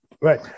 Right